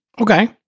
Okay